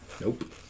Nope